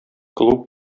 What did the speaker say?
клуб